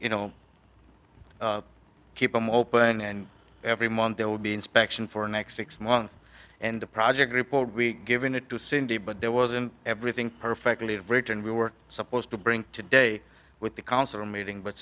you know keep them open and every month there will be inspection for the next six months and the project report given it to cindy but there wasn't everything perfect leverage and we were supposed to bring today with the council meeting but